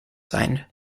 signed